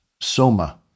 Soma